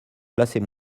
placez